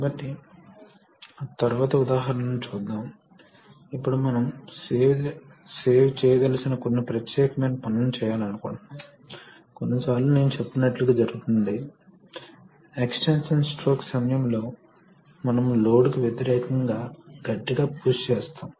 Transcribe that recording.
కాబట్టి ఒక రొటేషన్ సమయంలో ప్రతి పిస్టన్ దాని స్వంత వాల్యూమ్కు సమానమైన ద్రవాన్నిడెలివరీ చేస్తుంది కాబట్టి సెకనుకు రొటేషన్స్ సంఖ్య X అయితే వాస్తవానికి ఆ వాల్యూమ్ X ఆ ప్రెషర్ లో డెలివరీ అవుతుంది